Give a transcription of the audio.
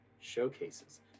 showcases